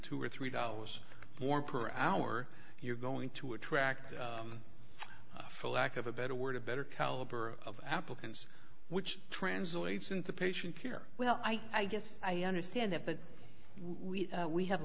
dollars or three dollars more per hour you're going to attract for lack of a better word a better caliber of applicants which translates into patient care well i guess i understand that but we we have